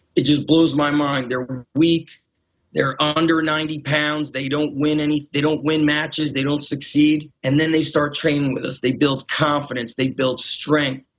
it just blows my mind. they're weak. they're under ninety pounds. they don't win any, they don't win matches. they don't succeed. and then they start training with us, they build confidence, they build strength.